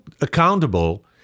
accountable